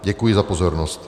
Děkuji za pozornost.